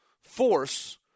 force